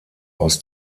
aus